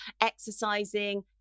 exercising